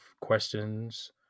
questions